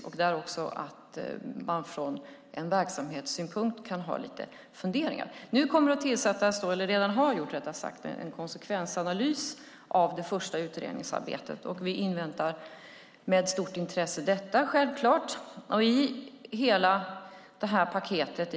Man kan också från verksamhetssynpunkt ha lite funderingar. Arbetet med en konsekvensanalys av det första utredningsarbetet har redan startat. Vi inväntar självklart med stort intresse detta.